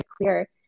clear